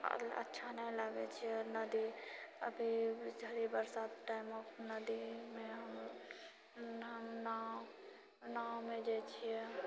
अच्छा नहि लागै छियै नदी अभी बरसात टाइममे नदीमे नाव नावमे जाइ छियै